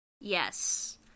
Yes